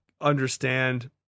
understand